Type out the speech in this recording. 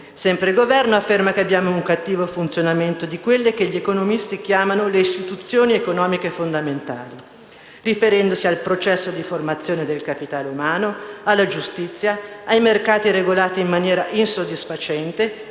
Sempre il Governo afferma che abbiamo un cattivo funzionamento di quelle che gli economisti chiamano le istituzioni economiche fondamentali, riferendosi al processo di formazione del capitale umano, alla giustizia, ai mercati regolati in maniera insoddisfacente